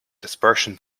dispersion